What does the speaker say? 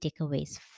takeaways